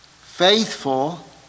faithful